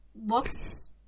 looks